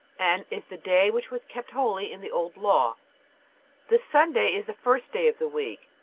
and is the day which was kept holy in the old law the sunday is the first day of the week,